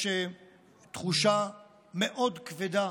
יש תחושה מאוד כבדה